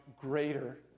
greater